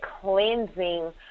cleansing